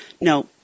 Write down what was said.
No